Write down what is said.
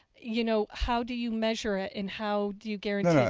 you know how do you measure it and how do you guarantee yeah it?